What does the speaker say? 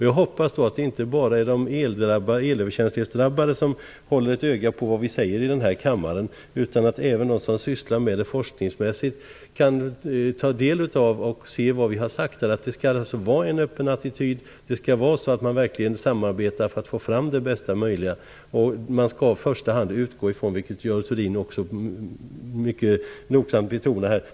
Jag hoppas att det inte bara är de som är drabbade av elöverkänslighet som håller ett öga på vad vi säger här i kammaren utan att även de som sysslar med det forskningsmässigt kan ta del av det vi sagt här. Det skall alltså vara en öppen attityd. Man skall verkligen samarbeta för att få fram det bästa möjliga. Man skall i första hand utgå ifrån det upplevda, vilket Görel Thurdin också mycket nogsamt betonade här.